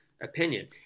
opinion